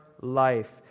life